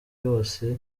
yose